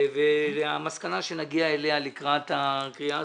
והמסקנה שנגיע אליה לקראת הקריאה הסופית,